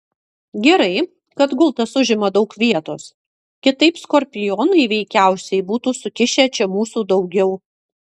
gerai kad gultas užima daug vietos kitaip skorpionai veikiausiai būtų sukišę čia mūsų daugiau